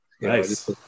nice